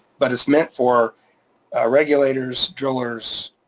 but it's meant for regulators, drillers,